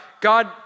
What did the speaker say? God